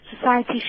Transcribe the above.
society